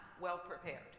well-prepared